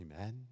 amen